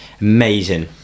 Amazing